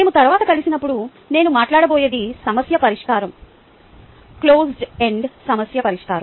మేము తరువాత కలిసినప్పుడు నేను మాట్లాడబోయేది సమస్య పరిష్కారం క్లోజ్డ్ ఎండ్ సమస్య పరిష్కారం